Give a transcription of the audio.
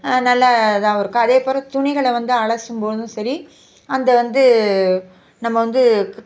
நல்லா இதாகவும் இருக்கும் அதேபோல் துணிகளை வந்து அலசும்பொழுதும் சரி அந்த வந்து நம்ம வந்து